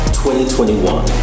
2021